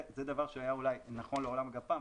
זה דבר שהיה אולי נכון לעולם הגפ"ם,